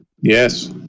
Yes